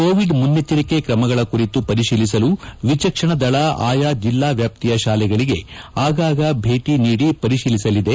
Covid ಮುನ್ನೆಚ್ಚರಿಕೆ ಕ್ರಮಗಳ ಕುರಿತು ಪರಿಶೀಲಿಸಲು ವಿಚಕ್ಷಣದಳ ಆಯಾ ಜಿಲ್ಲಾ ವ್ಯಾಪ್ತಿಯ ಶಾಲೆಗಳಗೆ ಆಗಾಗ ಭೇಟಿ ನೀಡಿ ಪರಿಶೀಲಿಸಲಿದೆ